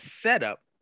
setup